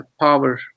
power